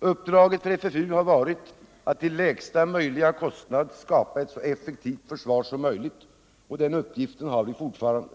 Uppdraget för FFU har varit att till lägsta möjliga kostnad skapa ett så effektivt försvar som möjligt — och den uppgiften har vi fortfarande.